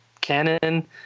Canon